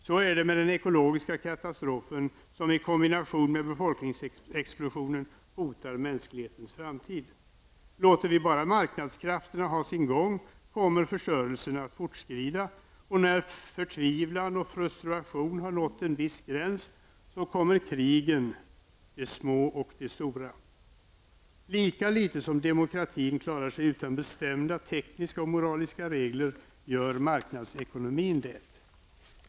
Så är det med den ekologiska katastrof som i kombination med befolkningsexplosionen hotar mänsklighetens framtid. Låter vi bara marknadskrafterna ha sin gång, kommer förstörelsen att fortskrida, och när förtvivlan och frustration nått en viss gräns kommer krigen, de små och de stora. Lika litet som demokratin klarar sig utan bestämda tekniska och moraliska regler gör marknadsekonomin det.